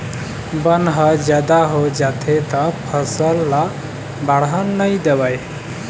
बन ह जादा हो जाथे त फसल ल बाड़हन नइ देवय